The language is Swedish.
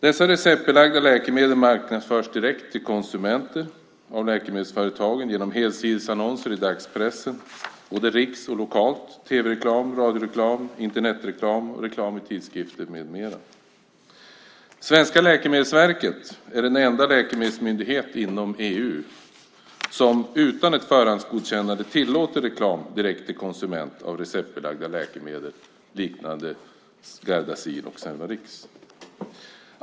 Dessa receptbelagda läkemedel marknadsförs direkt till konsumenter av läkemedelsföretagen genom helsidesannonser i dagspressen, både rikstäckande och lokal, tv-reklam, radioreklam, Internetreklam och reklam i tidskrifter med mera. Svenska Läkemedelsverket är den enda läkemedelsmyndighet inom EU som utan ett förhandsgodkännande tillåter reklam direkt till konsument av receptbelagda läkemedel liknande Gardasil och Cervarix.